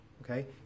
okay